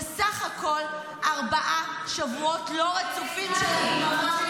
בסך הכול ארבעה שבועות לא רצופים של הדממה,